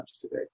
today